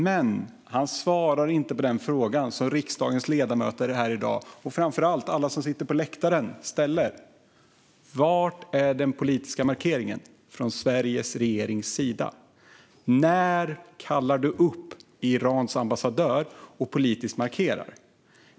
Men han svarar inte på den fråga som riksdagens ledamöter, och framför allt alla som sitter på läktaren, ställer här i dag: Var är den politiska markeringen från Sveriges regerings sida? När kallar du upp Irans ambassadör och markerar politiskt?